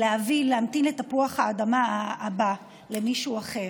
ולהמתין לתפוח האדמה הבא, להביא למישהו אחר.